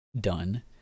done